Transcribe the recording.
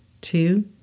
two